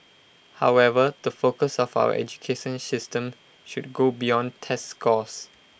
however the focus of our education system should go beyond test scores